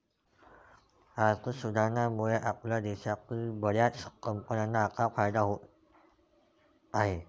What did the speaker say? आर्थिक सुधारणांमुळे आपल्या देशातील बर्याच कंपन्यांना आता फायदा होत आहे